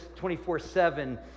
24-7